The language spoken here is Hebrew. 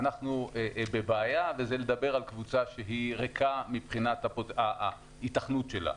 אנחנו בבעיה וזה לדבר על קבוצה שהיא ריקה מבחינת ההיתכנות שלה.